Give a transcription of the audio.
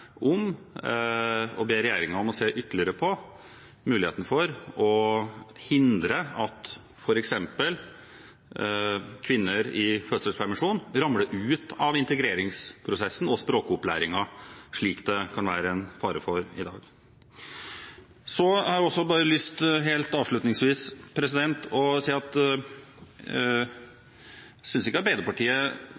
om å be regjeringen se ytterligere på muligheten for å hindre at f.eks. kvinner i fødselspermisjon ramler ut av integreringsprosessen og språkopplæringen, slik det kan være en fare for i dag. Så har jeg helt avslutningsvis lyst til å si at jeg synes ikke Arbeiderpartiet